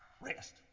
Rest